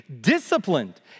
disciplined